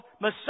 Messiah